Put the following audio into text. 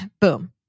Boom